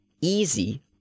easy